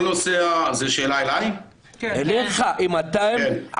אני מדבר על האירועים העתידיים,